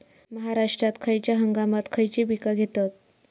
महाराष्ट्रात खयच्या हंगामांत खयची पीका घेतत?